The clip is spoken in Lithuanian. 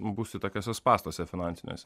būsi tokiuose spąstuose finansiniuose